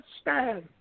stand